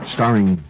Starring